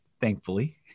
thankfully